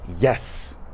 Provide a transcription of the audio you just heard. yes